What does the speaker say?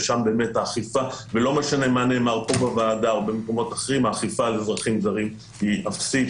ששם האכיפה ולא משנה מה נאמר פה בוועדה או במקומות אחרים היא אפסית,